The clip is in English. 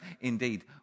Indeed